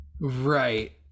right